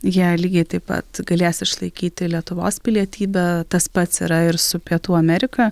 jie lygiai taip pat galės išlaikyti lietuvos pilietybę tas pats yra ir su pietų amerika